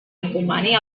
encomani